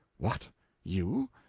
what you?